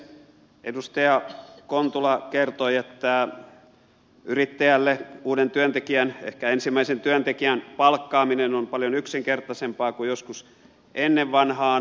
edustaja kontula kertoi että yrittäjälle uuden työntekijän ehkä ensimmäisen työntekijän palkkaaminen on paljon yksinkertaisempaa kuin joskus ennen vanhaan